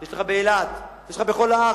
יש לך באילת, יש לך בכל הארץ.